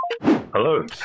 Hello